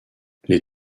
les